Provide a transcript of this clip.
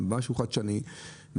משהו חדשני,